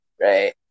right